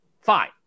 Fine